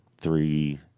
three